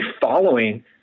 following